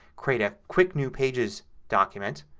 create a quick new pages document.